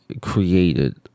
created